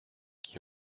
qui